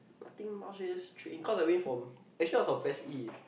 think mask raiders training cause I went from actually I was from P_E_S E